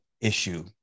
issue